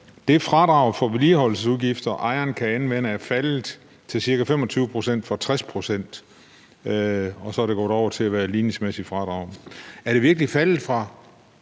»Det fradrag for vedligeholdelsesudgifter, ejerne kan anvende, er faldet til ca. 25 pct. fra ca. 60 pct.«, og så er det overgået til at være et ligningsmæssigt fradrag. Er det virkelig faldet fra